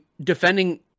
defending